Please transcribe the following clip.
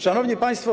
Szanowni Państwo!